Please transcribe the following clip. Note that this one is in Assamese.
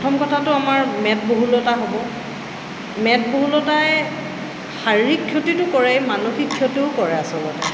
প্ৰথম কথাটো আমাৰ মেদবহুলতা হ'ব মেদবহুলতাই শাৰীৰিক ক্ষতিটো কৰেই মানসিক ক্ষতিও কৰে আচলতে